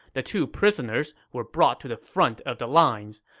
the two prisoners were brought to the front of the lines.